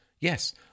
yes